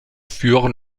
furent